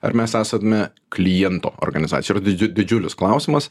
ar mes esame kliento organizacija di di didžiulis klausimas